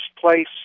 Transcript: place